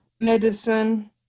Medicine